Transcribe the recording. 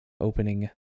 opening